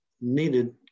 needed